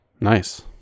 nice